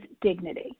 dignity